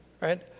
right